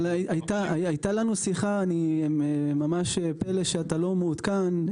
הייתה לנו שיחה, אני ממש מופתע שאתה לא מעודכן.